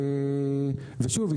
ושוב,